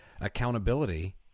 accountability